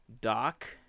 doc